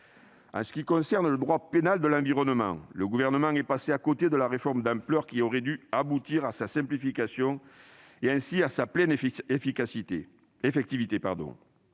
En ce qui concerne le droit pénal de l'environnement, le Gouvernement est passé à côté de la réforme d'ampleur qui aurait dû aboutir à sa simplification et, ainsi, à sa pleine effectivité.